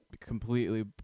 completely